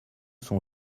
sont